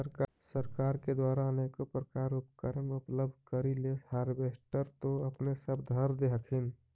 सरकार के द्वारा अनेको प्रकार उपकरण उपलब्ध करिले हारबेसटर तो अपने सब धरदे हखिन?